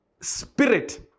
spirit